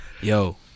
Yo